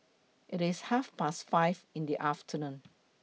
IT IS Half Past five in The afternoon